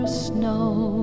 snow